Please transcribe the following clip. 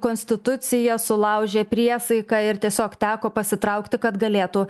konstituciją sulaužė priesaiką ir tiesiog teko pasitraukti kad galėtų